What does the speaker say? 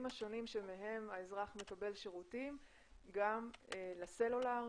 השונים שמהם האזרח מקבל שירותים גם לסלולר,